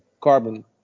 carbon